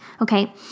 Okay